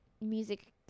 music